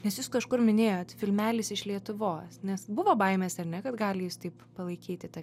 nes jūs kažkur minėjot filmelis iš lietuvos nes buvo baimės ar ne kad gali jis taip palaikyti tą